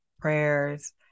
prayers